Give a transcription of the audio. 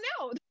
no